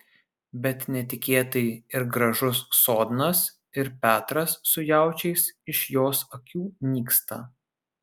bet netikėtai ir gražus sodnas ir petras su jaučiais iš jos akių nyksta